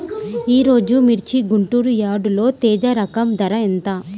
ఈరోజు మిర్చి గుంటూరు యార్డులో తేజ రకం ధర ఎంత?